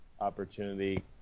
opportunity